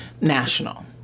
national